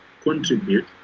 contribute